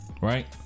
right